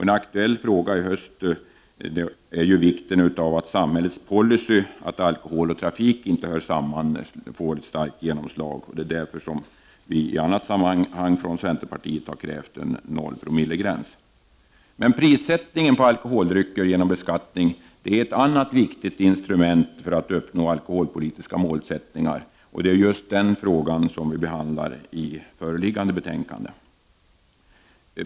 En aktuell fråga i höst är vikten av att samhällets policy blir att alkohol och trafik inte hör samman och att detta får ett starkt genomslag. Det är därför vi från centerpartiets sida har krävt en nollpromillegräns. Prissättningen på alkoholdrycker genom beskattningen är ett annat viktigt instrument för att uppnå alkoholpolitiska målsättningar. Denna del av alkoholpolitiken behandlas i föreliggande betänkande.